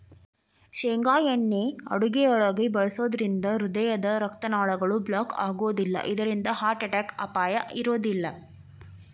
ಶೇಂಗಾ ಎಣ್ಣೆ ಅಡುಗಿಯೊಳಗ ಬಳಸೋದ್ರಿಂದ ಹೃದಯದ ರಕ್ತನಾಳಗಳು ಬ್ಲಾಕ್ ಆಗೋದಿಲ್ಲ ಇದ್ರಿಂದ ಹಾರ್ಟ್ ಅಟ್ಯಾಕ್ ಅಪಾಯ ಇರೋದಿಲ್ಲ